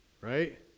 right